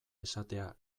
esatea